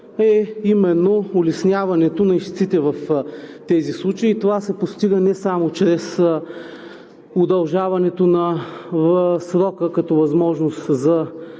е именно улесняването на ищците в тези случаи. Това се постига не само чрез удължаването на срока като възможност за